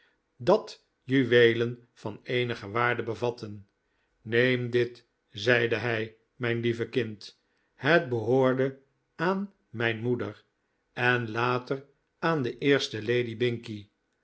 dat juweelen van eenige waarde bevatte neem dit zeide hij mijn lieve kind het behoorde aan mijn moeder en later aan de eerste lady binkie